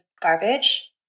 garbage